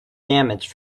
damage